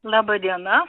laba diena